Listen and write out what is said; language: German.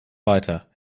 weiter